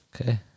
Okay